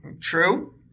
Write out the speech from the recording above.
True